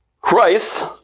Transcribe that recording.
Christ